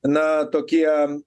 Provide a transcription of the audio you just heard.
na tokie